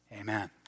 Amen